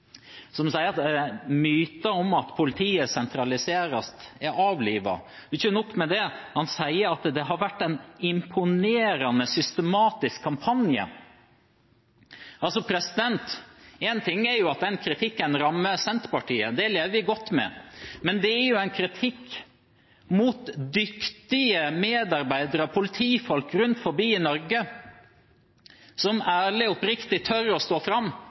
sier at myten om at politiet sentraliseres, er avlivet. Og ikke nok med det, han sier at det har vært en «imponerende systematisk kampanje». Én ting er at den kritikken rammer Senterpartiet – det lever vi godt med. Men det er jo en kritikk mot dyktige medarbeidere og politifolk rundt omkring i Norge, som ærlig og oppriktig tør å stå fram